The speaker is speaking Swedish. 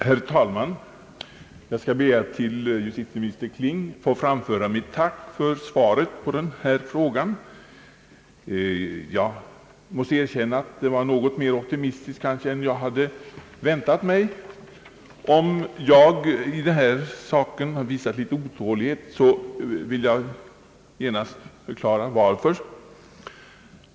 Herr talman! Jag skall be att till justitieminister Kling få framföra mitt tack för svaret på denna fråga. Jag måste erkänna att det var något mer optimistiskt än jag hade väntat mig. Om jag i denna sak visat otålighet, vill jag genast förklara varför.